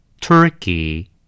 Turkey